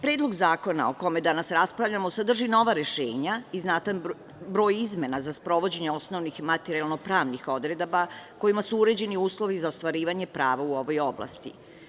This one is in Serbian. Predlog zakona o kome danas raspravljamo sadrži nova rešenja i znatan broj izmena za sprovođenje osnovnih materijalno-pravnih odredaba, kojima su uređeni uslovi za ostvarivanje prava u ovoj oblasti.